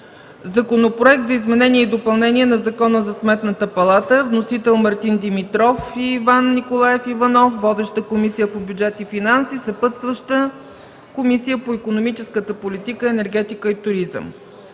Законопроект за изменение и допълнение на Закона за Сметната палата, вносители – Мартин Димитров и Иван Николаев Иванов, водеща е Комисията по бюджет и финанси, съпътстваща е Комисията по икономическата политика, енергетика и туризъм;